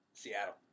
Seattle